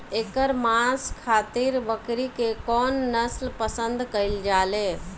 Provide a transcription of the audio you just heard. एकर मांस खातिर बकरी के कौन नस्ल पसंद कईल जाले?